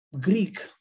Greek